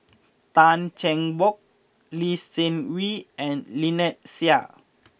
Tan Cheng Bock Lee Seng Wee and Lynnette Seah